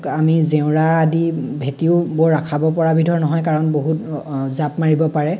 আমি জেওৰা দি ভেটিও বৰ ৰখাব পৰা বিধৰ নহয় কাৰণ বহুত জাঁপ মাৰিব পাৰে